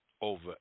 over